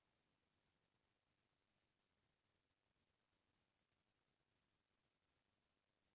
धान परिपक्व गेहे ऐसे म बरसात ह मोर फसल कइसे प्रभावित होही?